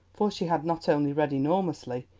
for she had not only read enormously,